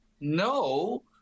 no